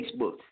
Facebook